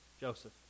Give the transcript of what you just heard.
Joseph